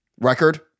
record